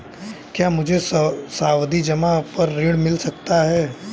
क्या मुझे सावधि जमा पर ऋण मिल सकता है?